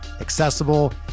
accessible